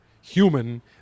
human